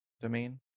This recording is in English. domain